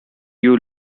you